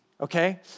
Okay